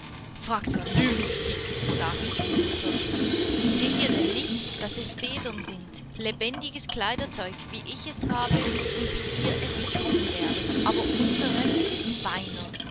fragt vernünftig sagte die mutter seht ihr denn nicht daß es federn sind lebendiges kleiderzeug wie ich es habe und wie ihr es bekommen werdet aber unseres ist feiner